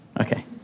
Okay